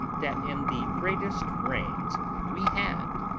that in the greatest rains we had,